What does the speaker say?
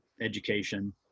education